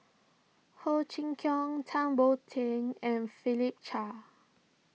Ho Chee Kong Tan Boon Teik and Philip Chia